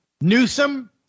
Newsom